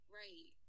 right